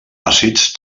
àcids